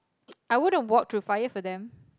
I would have walked through fire for them